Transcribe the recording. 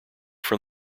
from